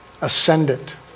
ascendant